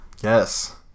Yes